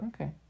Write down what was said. Okay